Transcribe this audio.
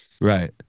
Right